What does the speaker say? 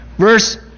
Verse